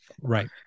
Right